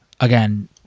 again